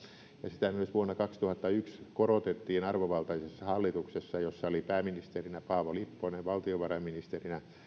sitä myös vuonna kaksituhattayksi korotettiin arvovaltaisessa hallituksessa jossa oli pääministerinä paavo lipponen valtiovarainministerinä